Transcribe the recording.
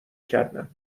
کردن